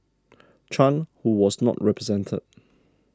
Chan who was not represented